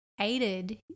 aided